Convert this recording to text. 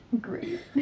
Great